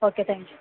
okay thank you